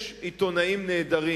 יש עיתונאים נהדרים.